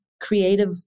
creative